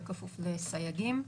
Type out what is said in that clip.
בכפוף לסייגים.